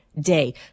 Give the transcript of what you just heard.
day